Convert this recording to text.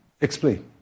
explain